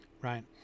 right